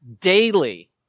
daily